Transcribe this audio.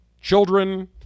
children